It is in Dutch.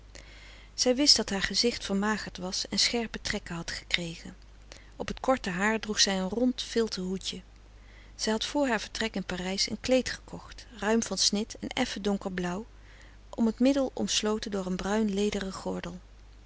zij wist dat haar gezicht vermagerd was en scherpe trekken had gekregen op t korte haar droeg zij een rond vilten hoedje zij had voor haar vertrek in parijs een kleed gekocht ruim van snit en effen donkerblauw om t middel omsloten door een bruin lederen gordel